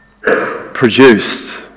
produced